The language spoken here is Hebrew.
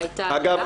אגב,